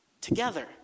Together